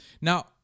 Now